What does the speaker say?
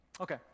Okay